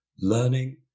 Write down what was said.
learning